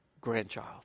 grandchild